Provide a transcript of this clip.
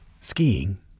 Skiing